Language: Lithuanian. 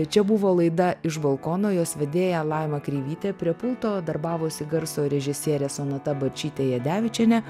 čia buvo laida iš balkono jos vedėja laima kreivytė prie pulto darbavosi garso režisierė sonata barčytė jadevičienė